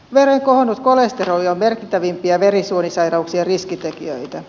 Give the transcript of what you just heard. veren kohonnut kolesteroli on merkittävimpiä verisuonisairauksien riskitekijöitä